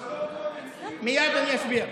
מה קרה, מייד אסביר.